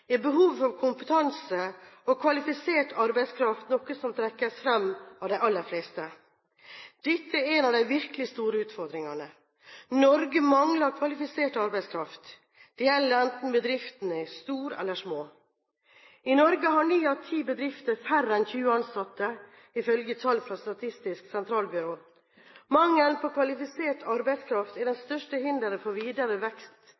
er behovet for kompetanse og kvalifisert arbeidskraft noe som trekkes fram av de aller fleste. Dette er en av de virkelig store utfordringene. Norge mangler kvalifisert arbeidskraft. Det gjelder enten bedriftene er store eller små. I Norge har ni av ti bedrifter færre enn 20 ansatte, ifølge tall fra Statistisk sentralbyrå. Mangel på kvalifisert arbeidskraft er det største hinderet for videre vekst